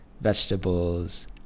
vegetables